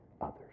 others